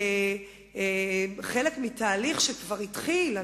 כחלק מתהליך שכבר התחיל,